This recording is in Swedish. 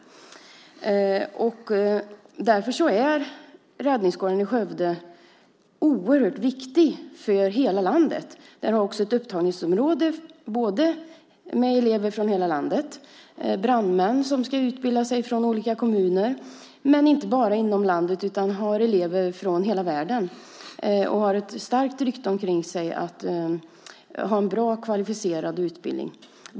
Därför är räddningsskolan i Skövde oerhört viktig för hela landet. Den har också hela landet som upptagningsområde, och hit kommer brandmän från olika kommuner som ska utbilda sig. Men den har inte bara elever från hela landet utan också från hela världen. Den har gott rykte om sig att ha en bra och kvalificerad utbildning.